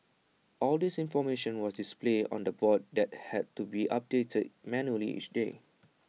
all this information was displayed on A board that had to be updated manually each day